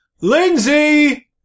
Lindsay